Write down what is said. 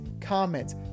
comments